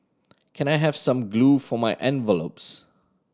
can I have some glue for my envelopes